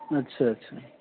अच्छा अच्छा